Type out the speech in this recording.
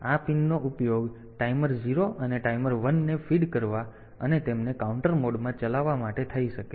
તેથી આ પિનનો ઉપયોગ ટાઈમર 0 અને ટાઈમર 1 ને ફીડ કરવા અને તેમને કાઉન્ટર મોડમાં ચલાવવા માટે થઈ શકે છે